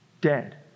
dead